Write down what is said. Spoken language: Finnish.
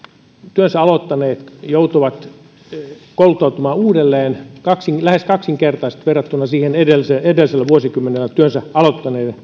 työnsä aloittaneet joutuvat kouluttautumaan uudelleen lähes kaksinkertaisesti verrattuna edellisellä edellisellä vuosikymmenellä työnsä aloittaneisiin